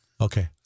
Okay